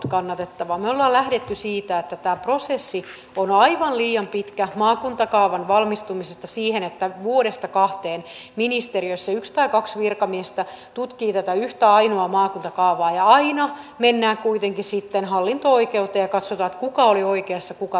me olemme lähteneet siitä että tämä prosessi on aivan liian pitkä kestäen maakuntakaavan valmistumisesta siihen että vuodesta kahteen ministeriössä yksi tai kaksi virkamiestä tutkii tätä yhtä ainoaa maakuntakaavaa ja aina mennään kuitenkin sitten hallinto oikeuteen ja katsotaan kuka oli oikeassa kuka väärässä